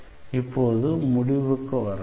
இப்போது முடிவுக்கு வரலாம்